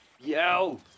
Yo